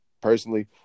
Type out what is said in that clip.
personally